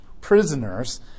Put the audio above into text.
prisoners